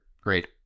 great